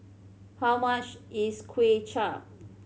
how much is Kuay Chap